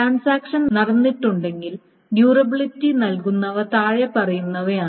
transaction നടന്നിട്ടുണ്ടെങ്കിൽ durability നൽക്കുന്നവ താഴെ പറയുന്നവയാണ്